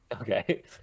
Okay